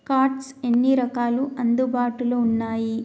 Cards ఎన్ని రకాలు అందుబాటులో ఉన్నయి?